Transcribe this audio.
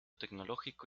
tecnológico